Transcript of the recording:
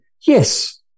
yes